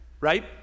right